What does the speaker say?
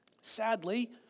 Sadly